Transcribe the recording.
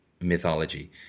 mythology